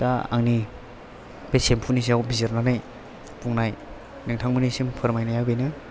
दा आंनि बे सेम्फुनि सायाव बिजिरनानै बुंनाय नोंथांमोननिसिम फोरमायनाया बेनो